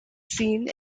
seen